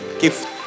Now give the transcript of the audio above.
gift